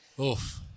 Oof